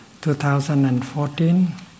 2014